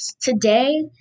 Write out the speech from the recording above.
Today